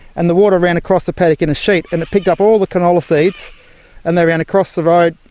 and the water ran across the paddock in a sheet, and it picked up all the canola seeds and they ran across the road,